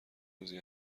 روزی